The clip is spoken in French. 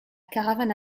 caravane